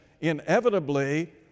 inevitably